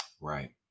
Right